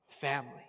family